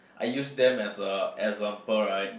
I use them as a example right